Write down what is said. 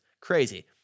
crazy